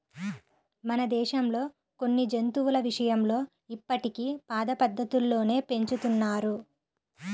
మన దేశంలో కొన్ని జంతువుల విషయంలో ఇప్పటికీ పాత పద్ధతుల్లోనే పెంచుతున్నారు